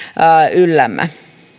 yllämme